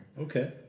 Okay